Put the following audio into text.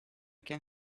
can